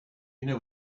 know